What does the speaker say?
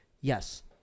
Yes